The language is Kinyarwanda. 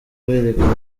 berekana